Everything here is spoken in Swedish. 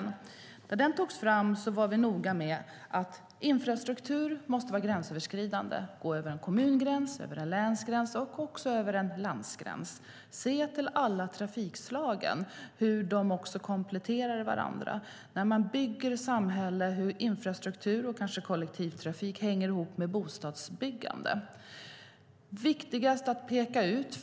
När transportplanen togs fram var vi noga med att infrastruktur måste vara gränsöverskridande, gå över en kommungräns, över en länsgräns och också över en landgräns och att den ska se till alla trafikslag och hur de kompletterar varandra. När man bygger samhällen är det viktigt att infrastruktur och kollektivtrafik hänger ihop med bostadsbyggande.